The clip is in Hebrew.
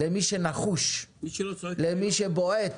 למי שנחוש, למי שבועט,